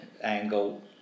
Angle